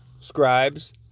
scribes